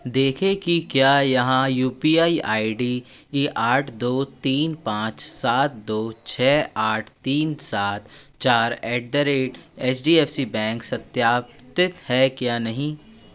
देखें कि क्या यह U P I I D आठ दो तीन पाँच सात दो छः आठ तीन सात चार at the rate H D F C bank सत्यापित है या नहीं